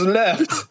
left